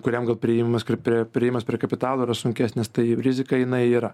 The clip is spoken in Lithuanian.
kuriam gal priėjimas prie priėjimas prie kapitalo yra sunkesnis tai rizika jinai yra